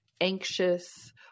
anxious